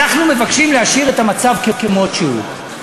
אנחנו מבקשים להשאיר את המצב כמות שהוא,